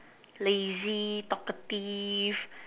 lazy talkative